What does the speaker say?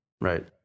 Right